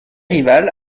rival